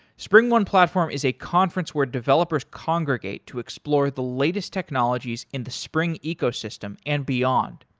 springone platform is a conference where developers congregate to explore the latest technologies in the spring ecosystem and beyond.